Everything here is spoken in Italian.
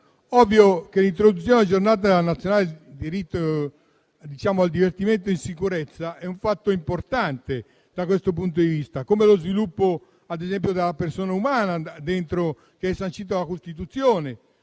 ovvio che l'introduzione della Giornata nazionale del diritto al divertimento in sicurezza è un fatto importante da questo punto di vista, come lo è lo sviluppo ad esempio della persona umana, che è sancito dalla Costituzione.